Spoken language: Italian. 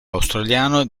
australiano